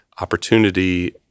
opportunity